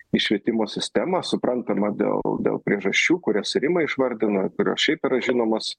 į švietimo sistemą suprantama dėl dėl priežasčių kurias rima išvardino kurios šiaip yra žinomos